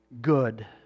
good